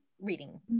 reading